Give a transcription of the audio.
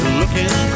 looking